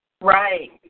Right